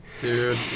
Dude